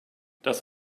das